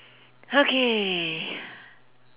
okay